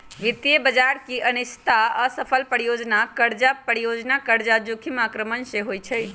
वित्तीय बजार की अनिश्चितता, असफल परियोजना, कर्जा जोखिम आक्रमण से होइ छइ